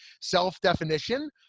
self-definition